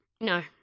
No